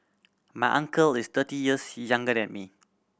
my uncle is thirty years younger than me